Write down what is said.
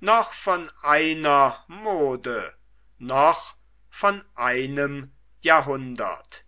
noch von einer mode noch von einem jahrhundert